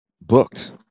booked